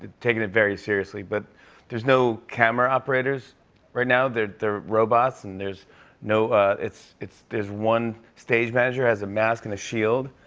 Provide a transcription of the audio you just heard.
taking it very seriously. but there's no camera operators right now. they're they're robots and there's no it's it's there's one stage manager, has a mask and a shield.